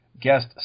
guest